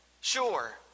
Sure